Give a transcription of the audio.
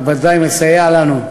זה בוודאי מסייע לנו,